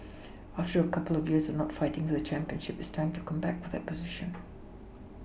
after a couple of years of not fighting for the championship it's time to come back to that position